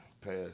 Passed